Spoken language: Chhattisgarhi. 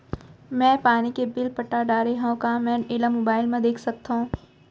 मैं पानी के बिल पटा डारे हव का मैं एला मोबाइल म देख सकथव?